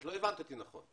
לא הבנת אותי נכון.